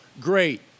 great